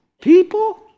People